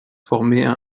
formaient